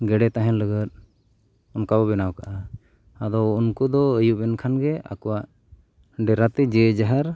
ᱜᱮᱹᱰᱮᱹ ᱛᱟᱦᱮᱱ ᱞᱟᱹᱜᱤᱫ ᱚᱱᱠᱟ ᱵᱚ ᱵᱮᱱᱟᱣ ᱠᱟᱜᱼᱟ ᱟᱫᱚ ᱩᱱᱠᱩ ᱫᱚ ᱟᱹᱭᱩᱵ ᱮᱱᱠᱷᱟᱱᱼᱜᱮ ᱟᱠᱚᱣᱟᱜ ᱰᱮᱨᱟᱛᱮ ᱡᱮ ᱡᱟᱦᱟᱨ